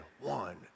one